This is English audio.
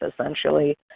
essentially